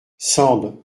sand